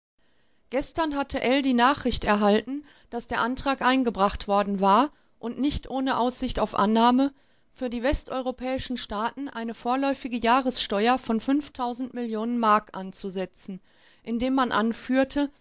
gestern hatte ell die nachricht erhalten daß der antrag eingebracht worden war und nicht ohne aussicht auf annahme für die westeuropäischen staaten eine vorläufige jahressteuer von mark anzusetzen indem man anführte